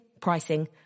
pricing